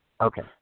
Okay